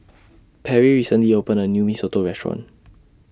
Perry recently opened A New Mee Soto Restaurant